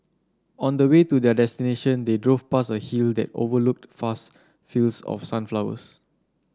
on the way to their destination they drove past a hill that overlooked vast fields of sunflowers